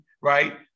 right